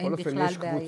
אין בכלל בעיה.